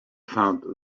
found